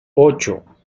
ocho